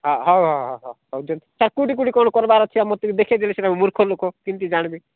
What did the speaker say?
ହଁ ହେଉ ହେଉ ହଁ ହଁ ହେଉଛନ୍ତି ସାର୍ କେଉଁଠି କେଉଁଠି କ'ଣ କରିବାର ଅଛି ମୋତେ ଦେଖାଇ ଦେଲେ ସିନା ମୁର୍ଖ ଲୋକ କେମିତି ଜାଣିବି